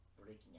breaking